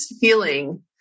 feeling